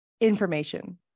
information